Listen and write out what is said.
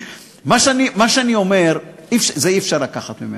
מה שאני אומר, את זה אי-אפשר לקחת ממנו.